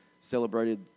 celebrated